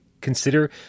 consider